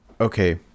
okay